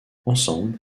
ensemble